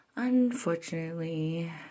Unfortunately